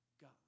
God